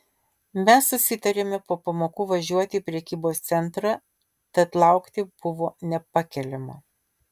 mes susitarėme po pamokų važiuoti į prekybos centrą tad laukti buvo nepakeliama